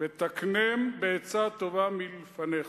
ותקנם בעצה טובה מלפניך"